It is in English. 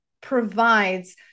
provides